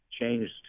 changed